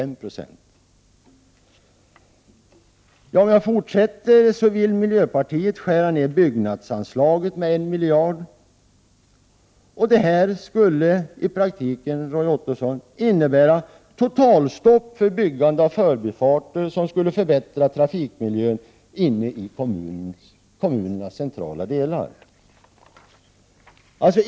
Miljöpartiet vill dessutom skära ner byggnadsanslaget med en miljard. Detta skulle i praktiken, Roy Ottosson, innebära totalstopp för byggande av förbifarter, som skulle kunna förbättra trafikmiljön inne i kommunernas Prot. 1988/89:107 centrala delar.